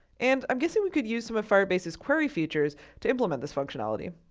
and, i'm guessing we could use of firebase's query features to implement this functionality.